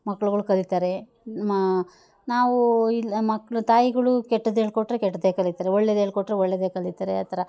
ಮಕ್ಳುಗಳು ಕಲಿತಾರೆ ನಾವು ಇಲ್ಲ ಮಕ್ಳು ತಾಯಿಗಳು ಕೆಟ್ಟದ್ದು ಹೇಳ್ಕೊಟ್ರೆ ಕೆಟ್ಟದ್ದೇ ಕಲಿತಾರೆ ಒಳ್ಳೇದು ಹೇಳ್ಕೊಟ್ರೆ ಒಳ್ಳೇದೇ ಕಲಿತಾರೆ ಆ ಥರ